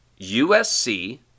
USC